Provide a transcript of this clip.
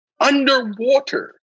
Underwater